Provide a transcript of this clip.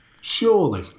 Surely